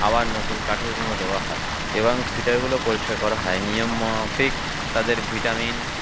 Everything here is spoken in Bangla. আবার নতুন কাঠেরগুলো দেওয়া হয় এবং ফিডারগুলো পরিষ্কার করা হয় নিয়ম মাফিক তাদের ভিটামিন